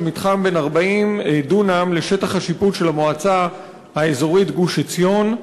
מתחם בן 40 דונם לשטח השיפוט של המועצה האזורית גוש-עציון.